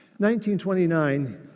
1929